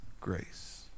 grace